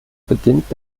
beginnt